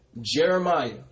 Jeremiah